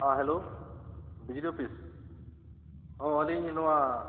ᱦᱮᱸ ᱦᱮᱞᱳ ᱵᱤᱡᱽᱞᱤ ᱚᱯᱷᱤᱥ ᱦᱚᱸ ᱟᱹᱞᱤᱧ ᱱᱚᱣᱟ